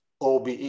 OBE